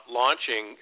launching